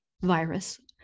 virus